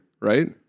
Right